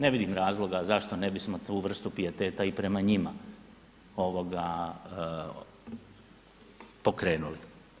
Ne vidim razloga zašto ne bismo tu vrstu pijeteta i prema njima pokrenuli.